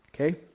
okay